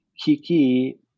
Kiki